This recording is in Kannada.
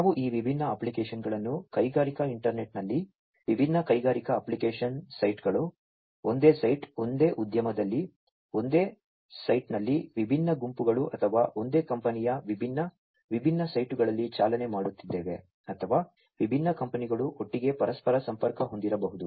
ನಾವು ಈ ವಿಭಿನ್ನ ಅಪ್ಲಿಕೇಶನ್ಗಳನ್ನು ಕೈಗಾರಿಕಾ ಇಂಟರ್ನೆಟ್ನಲ್ಲಿ ವಿಭಿನ್ನ ಕೈಗಾರಿಕಾ ಅಪ್ಲಿಕೇಶನ್ ಸೈಟ್ಗಳು ಒಂದೇ ಸೈಟ್ ಒಂದೇ ಉದ್ಯಮದಲ್ಲಿ ಒಂದೇ ಸೈಟ್ನಲ್ಲಿ ವಿಭಿನ್ನ ಗುಂಪುಗಳು ಅಥವಾ ಒಂದೇ ಕಂಪನಿಯ ವಿಭಿನ್ನ ವಿಭಿನ್ನ ಸೈಟ್ಗಳಲ್ಲಿ ಚಾಲನೆ ಮಾಡುತ್ತಿದ್ದೇವೆ ಅಥವಾ ವಿಭಿನ್ನ ಕಂಪನಿಗಳು ಒಟ್ಟಿಗೆ ಪರಸ್ಪರ ಸಂಪರ್ಕ ಹೊಂದಿರಬಹುದು